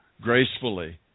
gracefully